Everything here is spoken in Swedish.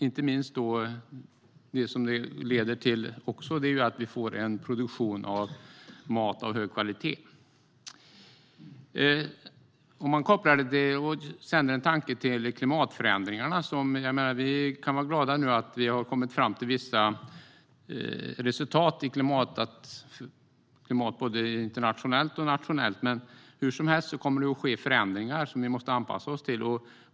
Det leder också till att vi får en produktion av mat av hög kvalitet. Man kan också koppla det till klimatförändringarna. Vi kan vara glada över att vi har kommit fram till vissa resultat i klimatfrågan både internationellt och nationellt. Men hur som helst kommer det att ske förändringar som vi måste anpassa oss till.